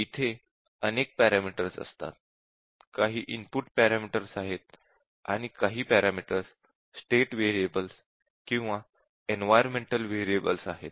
इथे अनेक पॅरामीटर्स असतात काही इनपुट पॅरामीटर्स आहेत आणि काही पॅरामीटर्स स्टेट व्हेरिएबल्स किंवा एन्वाइरन्मन्ट व्हेरिएबल्स आहेत